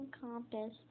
compass